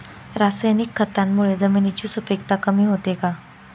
रासायनिक खतांमुळे जमिनीची सुपिकता कमी होते का?